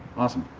awesome.